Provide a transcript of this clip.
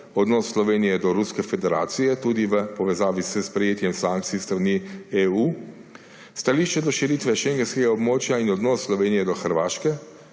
odnos Slovenije do Ruske federacije, tudi v povezavi s sprejetjem sankcij s strani EU, stališče do širitve šengenskega območja in odnos Slovenije do Hrvaške,